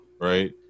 right